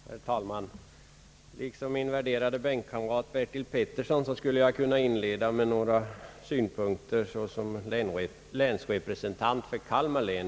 Herr talman! Liksom min värderade bänkkamrat Bertil Petersson skulle jag kunna inleda med några synpunkter såsom representant för Kalmar län.